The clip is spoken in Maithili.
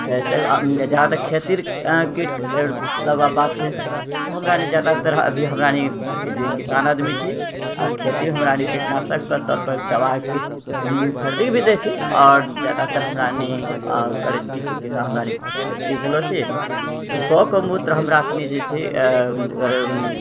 तऽ एहिसँ जहाँ तक खेतीरे कीट बला बात छै तऽ हमरारि जादातर अभि हमरारि जे किसान आदमी छी आ खेतीमे हमरारि कीटनाशकके तौर पर दवा किछु खरीदे भी दै छी आओर जादा तर हमरारि करैत कि छियै किसान हमरारि एक्टिव होलो छी तऽ गौके मूत्र हमरा सनि जेछै